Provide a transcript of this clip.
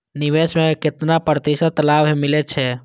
निवेश में केतना प्रतिशत लाभ मिले छै?